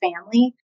family